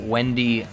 Wendy